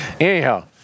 anyhow